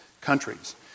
countries